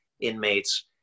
inmates